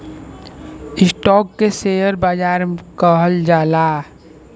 stock के share बाजार कहल जाला